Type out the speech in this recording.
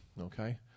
okay